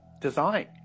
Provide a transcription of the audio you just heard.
design